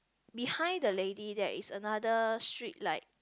behind the lady there is another switch like